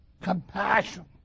compassion